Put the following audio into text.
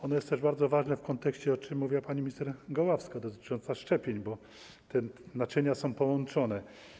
Ono jest też bardzo ważne w kontekście tego, o czym mówiła pani minister Goławska - szczepień, bo te naczynia są połączone.